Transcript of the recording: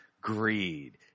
greed